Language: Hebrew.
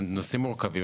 אלו נושאים מורכבים,